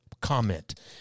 comment